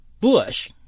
Bush